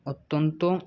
অত্যন্ত